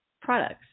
products